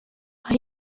mae